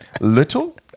little